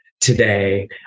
today